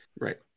Right